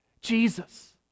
Jesus